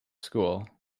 school